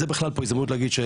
זאת ההזדמנות להגיד פה,